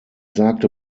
sagte